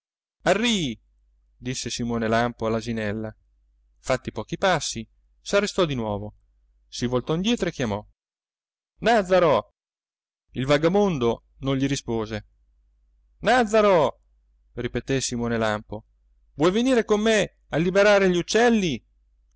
arrì disse simone lampo all'asinella fatti pochi passi s'arrestò di nuovo si voltò indietro e chiamò nàzzaro il vagabondo non gli rispose nàzzaro ripeté simone lampo vuoi venire con me a liberare gli uccelli